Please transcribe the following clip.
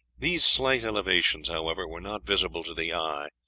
these slight elevations, however, were not visible to the eye,